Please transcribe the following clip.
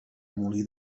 molí